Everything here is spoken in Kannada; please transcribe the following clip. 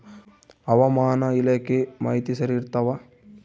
ಹವಾಮಾನ ಇಲಾಖೆ ಮಾಹಿತಿ ಸರಿ ಇರ್ತವ?